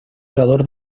orador